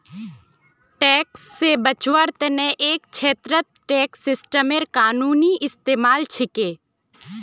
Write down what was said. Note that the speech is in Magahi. टैक्स से बचवार तने एक छेत्रत टैक्स सिस्टमेर कानूनी इस्तेमाल छिके